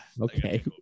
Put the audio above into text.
Okay